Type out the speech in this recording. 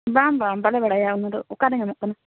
ᱵᱟᱝ ᱵᱟᱝ ᱵᱟᱞᱮ ᱵᱟᱲᱟᱭᱟ ᱚᱱᱟ ᱫᱚ ᱚᱠᱟᱨᱮ ᱧᱟᱢᱚᱜ ᱠᱟᱱᱟ